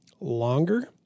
longer